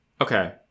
Okay